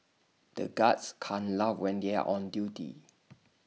the guards can't laugh when they are on duty